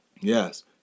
Yes